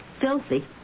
Filthy